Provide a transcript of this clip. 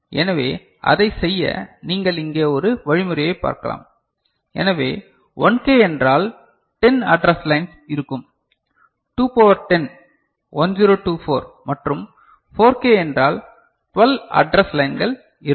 எனவே அதை செய்ய நீங்கள் இங்கே ஒரு வழிமுறையை பார்க்கலாம் எனவே 1K என்றால் 10 அட்ரஸ் லைன்ஸ் இருக்கும் 2 பவர் 10 1024 மற்றும் 4K என்றால் 12 அட்ரஸ் லைன்ஸ் இருக்கும்